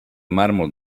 mármol